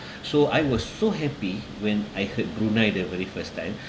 so I was so happy when I heard brunei the very first time